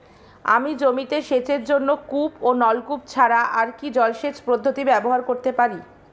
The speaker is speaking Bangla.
আমি জমিতে সেচের জন্য কূপ ও নলকূপ ছাড়া আর কি জলসেচ পদ্ধতি ব্যবহার করতে পারি?